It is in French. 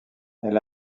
elle